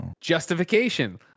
Justification